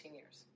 years